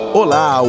Olá